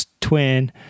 twin